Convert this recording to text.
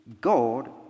God